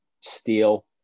steel